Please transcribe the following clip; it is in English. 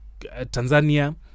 Tanzania